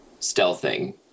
stealthing